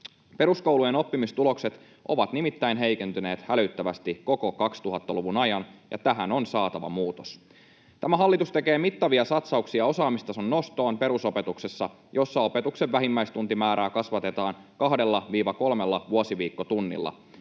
Peruskoulujen oppimistulokset ovat nimittäin heikentyneet hälyttävästi koko 2000-luvun ajan, ja tähän on saatava muutos. Tämä hallitus tekee mittavia satsauksia osaamistason nostoon perusopetuksessa, jossa opetuksen vähimmäistuntimäärää kasvatetaan 2—3 vuosiviikkotunnilla.